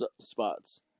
spots